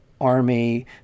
army